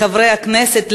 לחברי הכנסת,